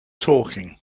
talking